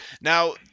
Now